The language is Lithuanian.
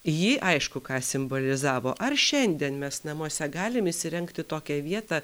ji aišku ką simbolizavo ar šiandien mes namuose galim įsirengti tokią vietą